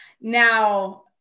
Now